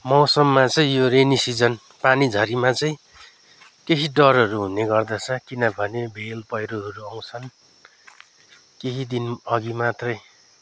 मौसममा चाहिँ यो रेनी सिजन पानी झरीमा चाहिँ केही डरहरू हुने गर्दछ किनभने भेल पैह्रोहरू आउँछन् केही दिनअघि मात्रै